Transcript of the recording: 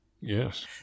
yes